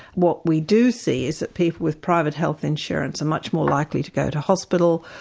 what we do see is that people with private health insurance are much more likely to go to hospital,